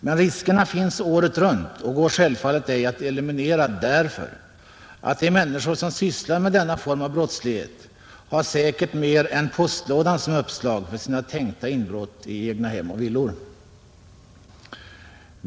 Men riskerna finns året runt och går självfallet ej att eliminera därför att de människor som sysslar med denna form av brottslighet har säkert mer än postlådan som uppslag för sina tänkta inbrott i egnahem och villor.